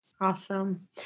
Awesome